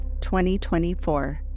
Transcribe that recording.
2024